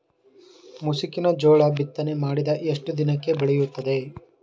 ಮುಸುಕಿನ ಜೋಳ ಬಿತ್ತನೆ ಮಾಡಿದ ಎಷ್ಟು ದಿನಕ್ಕೆ ಬೆಳೆಯುತ್ತದೆ?